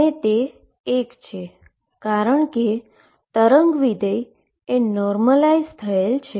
અને તે એક છે કારણકે વેવ ફંક્શન એ નોર્મલાઈઝ થયેલ છે